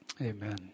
Amen